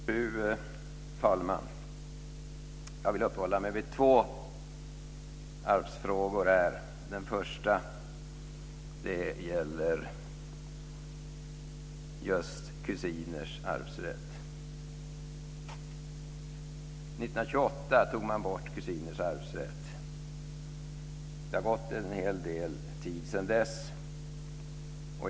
Fru talman! Jag vill uppehålla mig vid två arvsfrågor, och den första gäller just kusiners arvsrätt. 1928 tog man bort kusiners arvsrätt. Det har gått en hel del tid sedan dess.